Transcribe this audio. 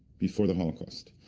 before the holocaust.